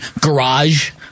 garage